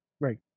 Right